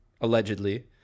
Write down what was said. Allegedly